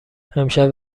امشب